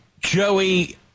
Joey